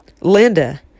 Linda